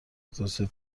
توسعه